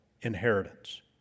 inheritance